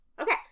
Okay